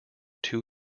two